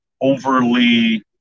overly